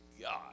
God